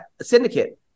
syndicate